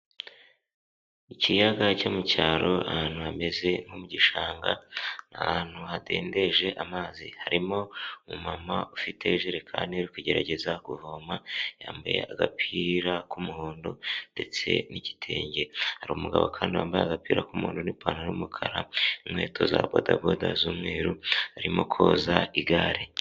Ikiyaga cyo mu cyaro ahantu hameze nko mu gishanga, ni ahantu hadendeje amazi. Harimo umumama ufite ijerekani uri kugerageza kuvoma, yambaye agapira k'umuhondo ndetse n'igitenge. Hari umugabo kandi wambaye agapira k'umuhondo n'ipantaro y'umukara n'inkweto za bodaboda z'umweru, arimo koza igare.